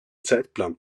zeitplan